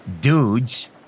dudes